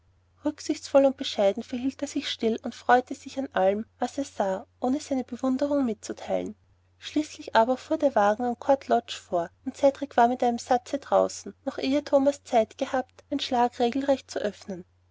rücksichtsvoll und bescheiden verhielt er sich still und freute sich an allem was er sah ohne seine bewunderung mitzuteilen schließlich aber fuhr der wagen an court lodge vor und cedrik war mit einem satze draußen noch ehe thomas zeit gehabt den schlag regelrecht zu öffnen